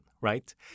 right